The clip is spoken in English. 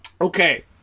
Okay